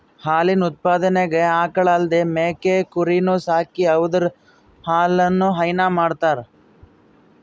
ಹಾಲಿನ್ ಉತ್ಪಾದನೆಗ್ ಆಕಳ್ ಅಲ್ದೇ ಮೇಕೆ ಕುರಿನೂ ಸಾಕಿ ಅವುದ್ರ್ ಹಾಲನು ಹೈನಾ ಮಾಡ್ತರ್